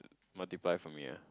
multiple from here